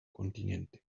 continente